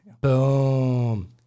Boom